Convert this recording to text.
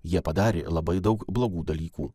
jie padarė labai daug blogų dalykų